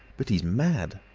but he's mad!